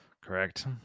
Correct